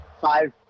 five